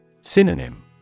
Synonym